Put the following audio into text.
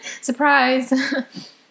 Surprise